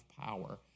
power